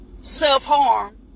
self-harm